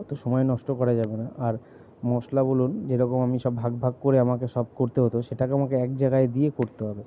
অত সময় নষ্ট করা যাবে না আর মশলা বলুন যেরকম আমি সব ভাগ ভাগ করে আমাকে সব করতে হতো সেটাকেও আমাকে এক জায়গায় দিয়ে করতে হবে